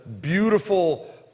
beautiful